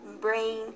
brain